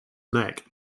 neck